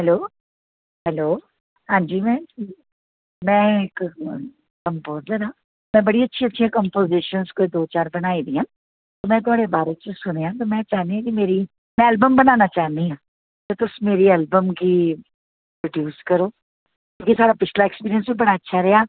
hello hello हांजी ma'am मैं इक कंपोजर आं मैं बड़ी अच्छी अच्छियां कम्पोजिशन्स कोई दो चार बनाई दियां न मैं थोआड़े बारे च सुनेआ ते मैं चाह्नी ऐ कि मेरी मैं एल्बम बनाना चाह्नी आं ते तुस मेरी एल्बम गी प्रोडूस करो क्यूंकि साढ़ा पिछला एक्सपीरियंस बी बड़ा अच्छा रेहा